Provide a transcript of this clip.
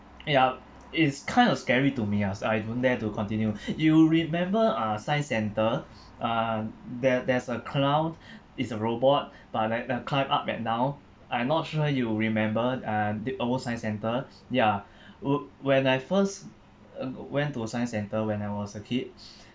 ya it's kind of scary to me ah so I don't dare to continue you remember uh science centre uh there there's a clown it's a robot but like the climb up and down I'm not sure you remember uh the our science centre ya wh~ when I first uh went to science centre when I was a kid